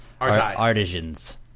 Artisans